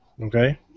Okay